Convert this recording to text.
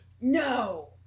No